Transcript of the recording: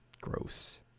Gross